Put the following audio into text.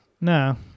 No